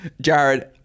Jared